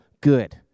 good